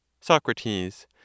SOCRATES